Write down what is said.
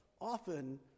often